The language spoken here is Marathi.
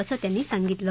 असं त्यांनी सांगितलं